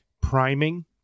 priming